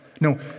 No